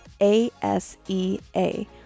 A-S-E-A